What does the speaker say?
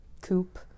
coupe